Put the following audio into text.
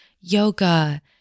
yoga